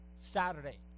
Saturday